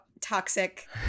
Toxic